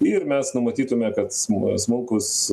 ir mes numatytume kad sm smulkūs